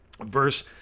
Verse